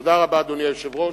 תודה רבה, אדוני היושב-ראש.